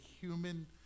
human